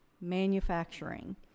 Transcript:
manufacturing